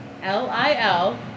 L-I-L